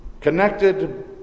Connected